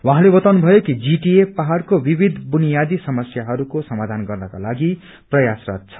उहाँले बताउनु भयो कि जीटीए पहाड़को विविध बुनियादी समस्याहरूको समाधन गर्नकालागि प्रयासरत छ